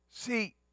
See